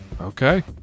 Okay